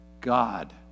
God